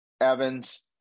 Evans